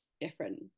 different